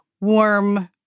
warm